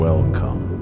Welcome